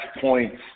points